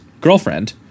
girlfriend